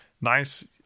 nice